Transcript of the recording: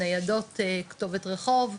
ניידות כתובת-רחוב,